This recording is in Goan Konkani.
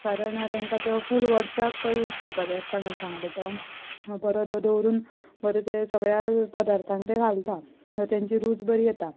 कारण तेंका तो फूल वर्साक तो यूज करपाचो आसता मिरसांगा पिठो परत तो दवरून परत ह्या सगळ्या प्रदार्थान तें घालता तेंची रूच बरी येता